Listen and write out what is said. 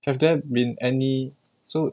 have there been any so